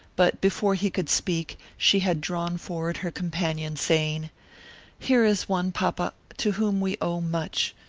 but before he could speak, she had drawn forward her companion, saying here is one, papa, to whom we owe much.